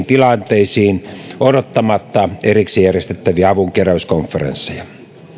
tilanteisiin odottamatta erikseen järjestettäviä avunkeräyskonferensseja